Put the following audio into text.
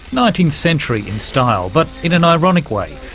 nineteenth century in style, but in an ironic way,